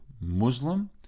Muslim